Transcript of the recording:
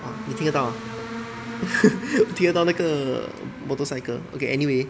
!wah! 你听得到吗听得到那个 motorcycle okay anyway